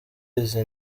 izi